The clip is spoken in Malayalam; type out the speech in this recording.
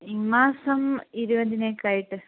ഈ മാസം ഇരുപതിനൊക്കെ ആയിട്ട്